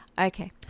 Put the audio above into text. Okay